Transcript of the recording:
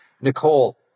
Nicole